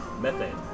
methane